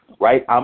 right